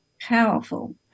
powerful